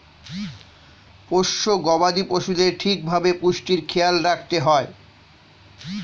পোষ্য গবাদি পশুদের ঠিক ভাবে পুষ্টির খেয়াল রাখতে হয়